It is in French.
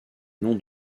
nom